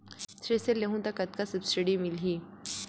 Thresher लेहूं त कतका सब्सिडी मिलही?